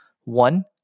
one